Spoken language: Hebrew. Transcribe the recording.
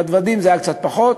בדוודים זה היה קצת פחות.